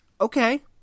okay